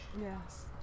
Yes